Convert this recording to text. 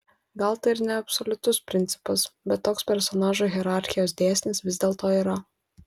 gal tai ir neabsoliutus principas bet toks personažų hierarchijos dėsnis vis dėlto yra